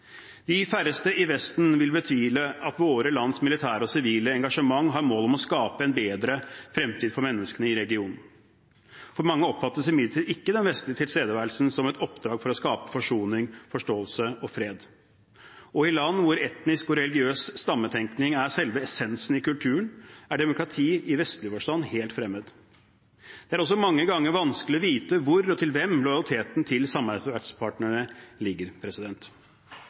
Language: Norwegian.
De færreste i Vesten vil betvile at våre lands militære og sivile engasjement har mål om å skape en bedre fremtid for menneskene i regionen. For mange oppfattes imidlertid ikke den vestlige tilstedeværelsen som et oppdrag for å skape forsoning, forståelse og fred. I land hvor etnisk og religiøs stammetenkning er selve essensen i kulturen, er demokratiet i vestlig forstand helt fremmed. Det er også mange ganger vanskelig å vite hvor og til hvem lojaliteten til samarbeidspartnerne ligger.